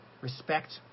respect